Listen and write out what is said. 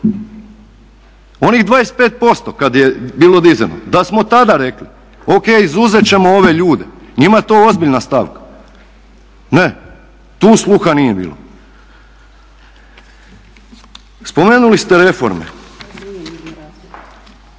Onih 25% kada je bilo dizano da smo tada rekli o.k. izuzet ćemo ove ljude njima je to ozbiljna stavka, ne, tu sluha nije bilo. Spomenuli ste reforme,